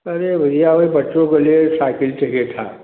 अरे भैया वही हमें बच्चों को लिए साइकिल चाहिए था